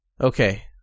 Okay